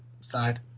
side